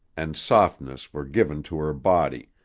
and softness were given to her body,